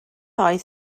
oedd